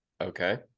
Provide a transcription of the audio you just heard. Okay